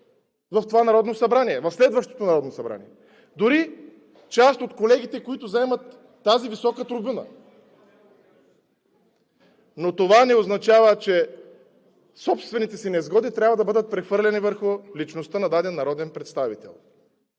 би няма да бъдат в следващото Народно събрание – дори и част от колегите, които заемат тази висока трибуна, но това не означава, че собствените им несгоди трябва да бъдат прехвърлени върху личността на даден народен представител.